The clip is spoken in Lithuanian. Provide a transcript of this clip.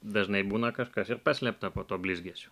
dažnai būna kažkas ir paslėpta po tuo blizgesiu